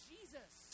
Jesus